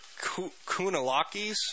Kunalakis